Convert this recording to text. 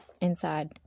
inside